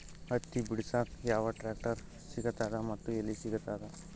ಹತ್ತಿ ಬಿಡಸಕ್ ಯಾವ ಟ್ರಾಕ್ಟರ್ ಸಿಗತದ ಮತ್ತು ಎಲ್ಲಿ ಸಿಗತದ?